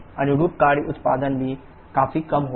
अनुरूप कार्य उत्पादन भी काफी कम होगा